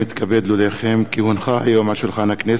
מתנגד אחד, אין נמנעים.